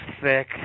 thick